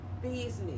business